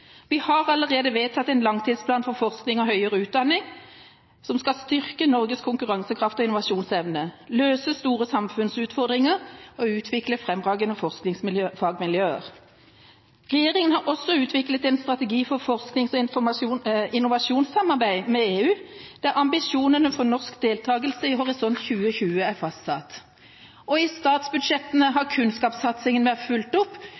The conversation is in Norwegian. Vi har allerede vedtatt en langtidsplan for forskning og høyere utdanning som skal styrke Norges konkurransekraft og innovasjonsevne, løse store samfunnsutfordringer og utvikle fremragende fagmiljøer. Regjeringa har også utviklet en strategi for forsknings- og innovasjonssamarbeid med EU, der ambisjonene for norsk deltagelse i Horisont 2020 er fastsatt. I statsbudsjettene har kunnskapssatsingen vært fulgt opp